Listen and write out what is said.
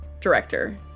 director